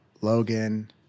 logan